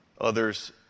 Others